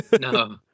No